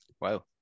Wow